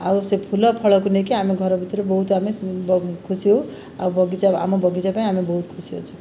ଆଉ ସେ ଫୁଲ ଫଳକୁ ନେଇକି ଆମେ ଘର ଭିତରେ ବହୁତ ଆମେ ଖୁସି ହେଉ ଆଉ ବଗିଚା ଆମ ବଗିଚା ପାଇଁ ଆମେ ବହୁତ ଖୁସି ଅଛୁ